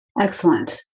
Excellent